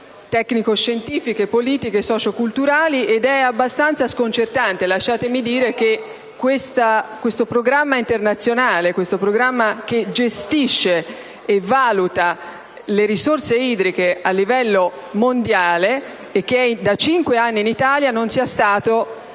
tecnico-scientifiche, politiche e socio-culturali. Ed è abbastanza sconcertante - lasciatemi dire - che questo Programma internazionale, che gestisce e valuta le risorse idriche a livello mondiale e che è da cinque anni in Italia, non sia stato